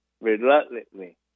reluctantly